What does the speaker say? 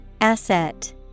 Asset